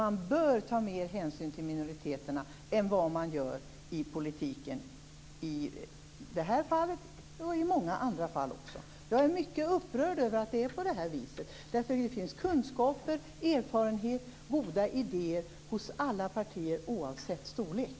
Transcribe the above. Man bör ta mer hänsyn till minoriteterna i politiken än vad man gör i det här fallet och i många andra fall. Jag är mycket upprörd över att det är på det här viset, därför att det finns kunskaper, erfarenhet och goda idéer hos alla partier, oavsett storlek.